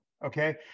Okay